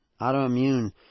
autoimmune